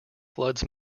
floods